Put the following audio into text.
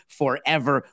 forever